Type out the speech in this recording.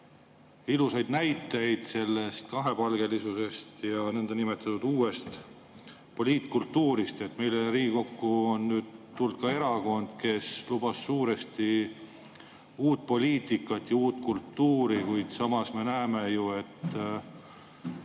ilusaid näiteid sellest kahepalgelisusest ja nõndanimetatud uuest poliitkultuurist. Meile Riigikokku on nüüd tulnud ka erakond, kes lubas suuresti uut poliitikat ja uut kultuuri, kuid samas me näeme ju, et